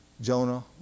Jonah